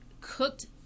cooked